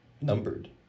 numbered